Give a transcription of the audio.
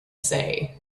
say